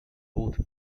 both